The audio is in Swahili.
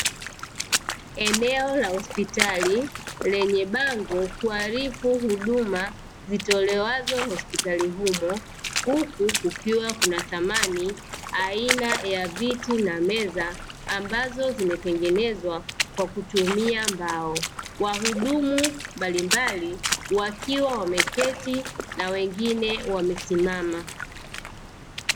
Eneo la hosipitali lenye Bango kuwaarifu huduma zitolewazo hospitalini humo, huku kukiwa kuna samani aina ya viti na meza ambazo zimetengenezwa kwa kutumia mbao. Wahudumu mbalimbali wakiwa wameketi na wengine wamesimama.